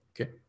okay